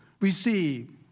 receive